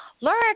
Laura